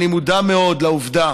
אני מודע מאוד לעובדה